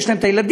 יש להם ילדים,